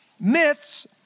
Myths